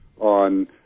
on